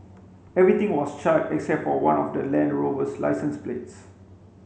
everything was charred except for one of the Land Rover's licence plates